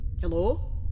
Hello